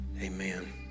amen